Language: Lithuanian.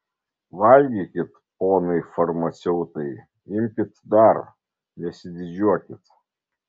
valgykit ponai farmaceutai imkit dar nesididžiuokit